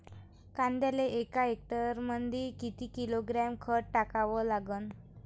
कांद्याले एका हेक्टरमंदी किती किलोग्रॅम खत टाकावं लागन?